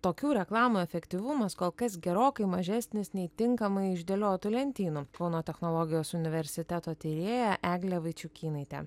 tokių reklamų efektyvumas kol kas gerokai mažesnis nei tinkamai išdėliotų lentynų kauno technologijos universiteto tyrėja eglė vaičiukynaitė